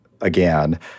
again